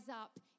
up